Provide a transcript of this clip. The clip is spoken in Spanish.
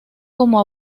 como